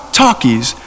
talkies